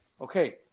Okay